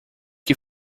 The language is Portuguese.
que